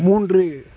மூன்று